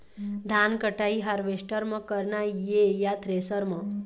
धान कटाई हारवेस्टर म करना ये या थ्रेसर म?